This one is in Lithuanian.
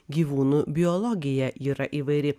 gyvūnų biologija yra įvairi